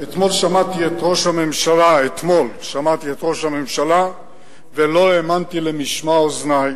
אתמול שמעתי את ראש הממשלה ולא האמנתי למשמע אוזני,